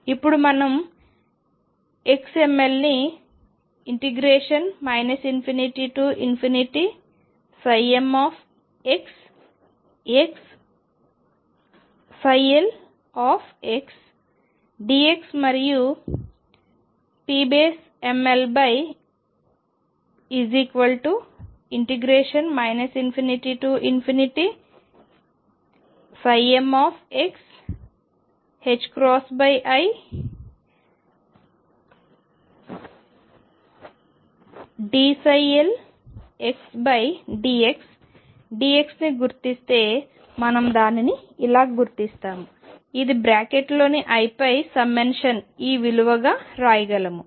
ఇప్పుడు మనం xml ని ∞mxx lxdx మరియు pml ∞mxidldxdx ని గుర్తిస్తే మనందానిని ఇలా గుర్తిస్తాము ఇది బ్రాకెట్లోని l పై సమ్మషన్ ఈ విలువగా వ్రాయగలము